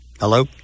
Hello